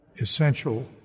essential